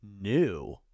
new